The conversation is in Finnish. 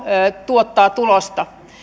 tuottavat tulosta